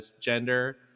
gender